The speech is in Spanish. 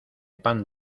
pan